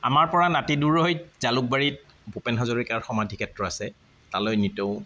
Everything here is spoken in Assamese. আমাৰ পৰা নাতিদূৰৈত জালুকবাৰীত ভূপেন হাজৰীকাৰ সমাধি ক্ষেত্ৰ আছে তালৈ নিতৌ